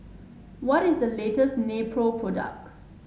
what is the latest Nepro product